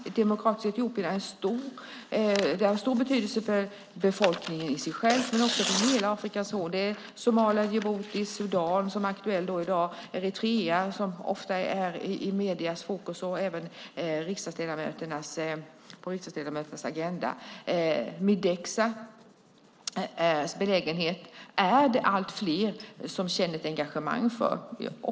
Ett demokratiskt Etiopien är av stor betydelse för befolkningen i sig själv men också för hela Afrikas horn. Det är Somalia, Djibouti och Sudan, som är aktuellt i dag. Det är Eritrea, som ofta finns i mediernas fokus och även på riksdagsledamöternas agenda. Det är allt fler som känner ett engagemang för Mideksas belägenhet.